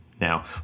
now